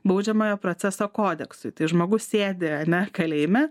baudžiamojo proceso kodeksui tai žmogus sėdi ar ne kalėjime